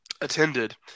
attended